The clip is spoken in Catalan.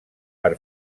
per